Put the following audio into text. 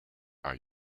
are